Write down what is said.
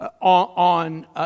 on